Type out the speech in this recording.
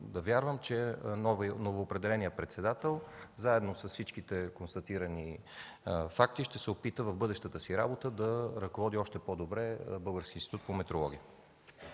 да вярвам, че новоопределеният председател, заедно с всичките констатирани факти, ще се опита в бъдещата си работа да ръководи още по-добре Българския институт по метрология.